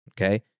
okay